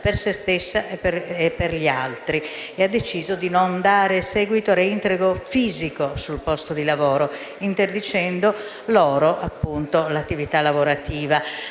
per se stessi e per gli altri e ha deciso di non dare seguito al reintegro fisico sul posto di lavoro dei quattro operai, interdicendo loro l'attività lavorativa,